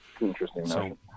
Interesting